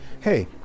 hey